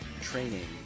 training